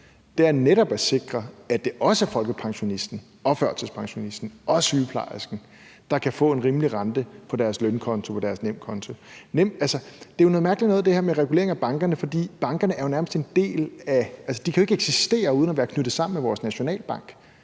at det netop også sikrer, at det er folkepensionisten, førtidspensionisten og sygeplejersken, der kan få en rimelig rente på deres lønkonto, på deres nemkonto. Det her med reguleringen af bankerne er jo noget mærkeligt noget, for bankerne kan jo ikke eksistere uden at være knyttet sammen med vores nationalbank,